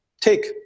take